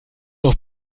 noch